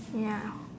ya